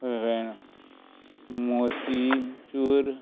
हय फणेऱ्यो मोतिचूर